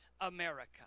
America